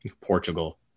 Portugal